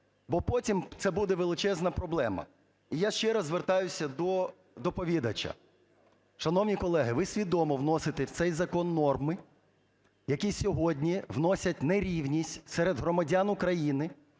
Бо потім це буде величезна проблема. Я ще раз звертаюся до доповідача. Шановні колеги, ви свідомо вносите в цей закон норми, які сьогодні вносять нерівність серед громадян України